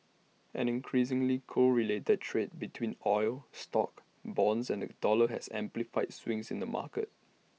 an increasingly correlated trade between oil stocks bonds and the dollar has amplified swings in the markets